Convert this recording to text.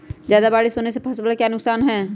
ज्यादा बारिस होने पर फसल का क्या नुकसान है?